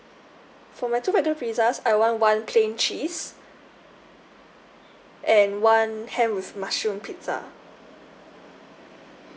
for my two regular pizzas I want one plain cheese and one ham with mushroom pizza